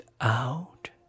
out